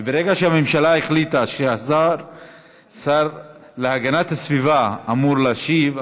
וברגע שהממשלה החליטה שהשר להגנת הסביבה אמור להשיב,